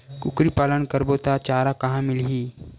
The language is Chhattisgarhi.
कुकरी पालन करबो त चारा कहां मिलही?